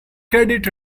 credit